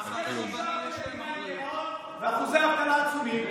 אחרי ששיקרתם, ואחוזי אבטלה עצומים.